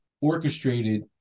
orchestrated